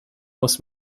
muss